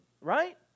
right